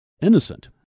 innocent